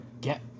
get